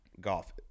golf